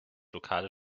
lokale